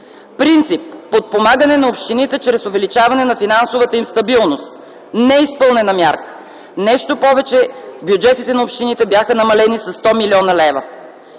Принцип – подпомагане на общините чрез увеличаване на финансовата им стабилност. Неизпълнена мярка. Нещо повече, бюджетите на общините бяха намалени със 100 млн. лв.